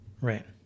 Right